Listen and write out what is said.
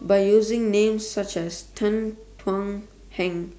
By using Names such as Tan Thuan Heng